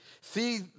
See